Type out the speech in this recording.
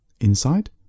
Inside